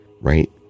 right